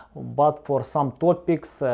but for some topics,